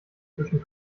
zwischen